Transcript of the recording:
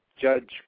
Judge